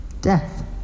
Death